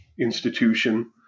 institution